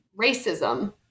racism